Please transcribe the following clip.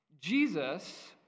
Jesus